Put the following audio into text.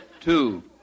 Two